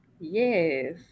Yes